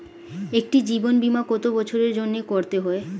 একটি জীবন বীমা কত বছরের জন্য করতে হয়?